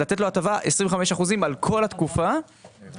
לתת לו הטבה של 25 אחוזים על כל התקופה בתנאי